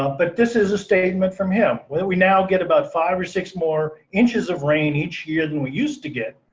ah but this is a statement from him. we now get about five or six more inches of rain each year than we used to get,